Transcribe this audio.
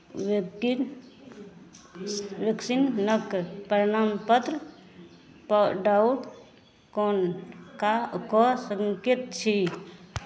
लेकिन रिक्सिन्ग नहि करि प्रमाणपत्रपर डाउट कोना का कऽ सकै छी